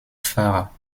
pfarrer